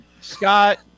Scott